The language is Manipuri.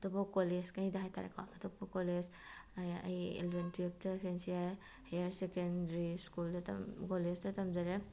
ꯑꯇꯣꯞꯄ ꯀꯣꯂꯦꯖꯈꯩꯗ ꯍꯥꯏꯇꯥꯔꯦꯀꯣ ꯑꯇꯣꯞꯄ ꯀꯣꯂꯦꯖ ꯑꯩ ꯏꯂꯚꯦꯟ ꯇꯨ꯭ꯋꯦꯜꯐꯇ ꯐꯦꯟꯁꯤꯌꯔ ꯍꯥꯏꯌꯔ ꯁꯦꯀꯦꯟꯗ꯭ꯔꯤ ꯁ꯭ꯀꯨꯜꯗ ꯀꯣꯂꯦꯖꯇ ꯇꯝꯖꯔꯦ